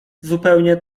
zupełnie